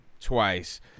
twice